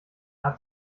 hat